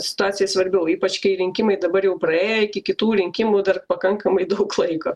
situacijoj svarbiau ypač kai rinkimai dabar jau praėjo iki kitų rinkimų dar pakankamai daug laiko